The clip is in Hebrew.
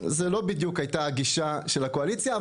זו לא בדיוק הייתה הגישה של הקואליציה.